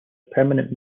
permanent